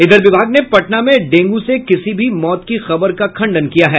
इधर विभाग ने पटना में डेंगू से किसी भी मौत की खबर का खंडन किया है